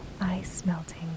ice-melting